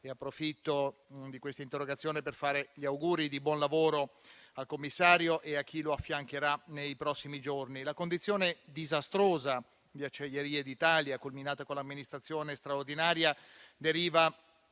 peraltro di questa interrogazione per fare gli auguri di buon lavoro al commissario e a chi lo affiancherà nei prossimi giorni. La condizione disastrosa di Acciaierie d'Italia, culminata con l'amministrazione straordinaria, deriva